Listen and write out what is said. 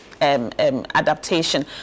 Adaptation